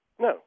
No